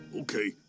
Okay